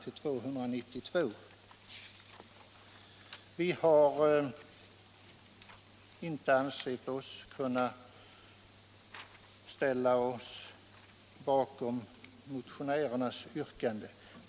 Vi har inte ansett oss kunna ställa oss bakom motionärernas yrkande.